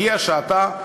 הגיעה שעתה,